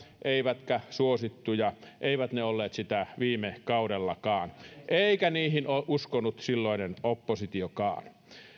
eivätkä suosittuja eivät ne olleet sitä viime kaudellakaan eikä niihin uskonut silloinen oppositiokaan